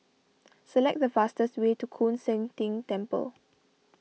select the fastest way to Koon Seng Ting Temple